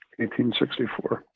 1864